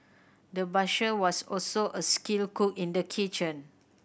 the butcher was also a skilled cook in the kitchen